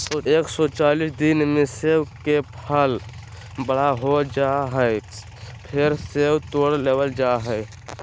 एक सौ चालीस दिना मे सेब के फल बड़ा हो जा हय, फेर सेब तोड़ लेबल जा हय